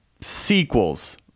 sequels